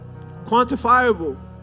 quantifiable